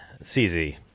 CZ